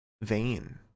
vain